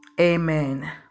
amen